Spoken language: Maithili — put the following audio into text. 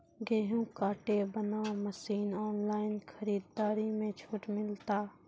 गेहूँ काटे बना मसीन ऑनलाइन खरीदारी मे छूट मिलता?